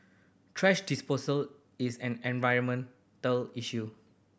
thrash disposal is an environmental issue